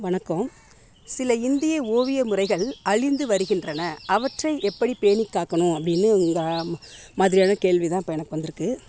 வணக்கம் சில இந்திய ஓவிய முறைகள் அழிந்து வருகின்றன அவற்றை எப்படி பேணிக்காக்கணும் அப்படின்னு உங்க மாதிரியான கேள்வி தான் இப்போ எனக்கு வந்திருக்கு